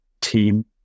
team